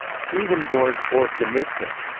swedenborg or, the mystic,